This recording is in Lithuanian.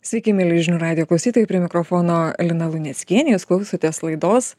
sveiki mieli žinių radijo klausytojai prie mikrofono lina luneckienė jūs klausotės laidos